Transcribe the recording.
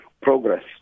progress